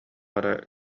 эрэ